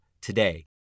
today